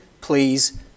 please